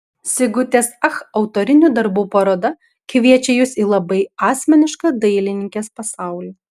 sigutės ach autorinių darbų paroda kviečia jus į labai asmenišką dailininkės pasaulį